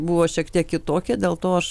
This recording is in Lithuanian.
buvo šiek tiek kitokia dėl to aš